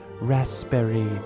raspberry